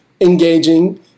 engaging